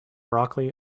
broccoli